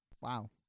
Wow